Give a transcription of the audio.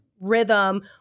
rhythm